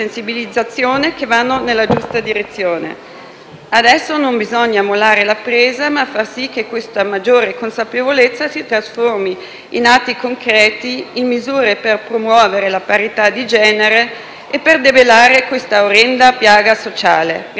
Adesso non bisogna mollare la presa, ma far sì che questa maggiore consapevolezza si trasformi in atti concreti, in misure per promuovere la parità di genere e per debellare quest'orrenda piaga sociale.